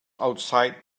outside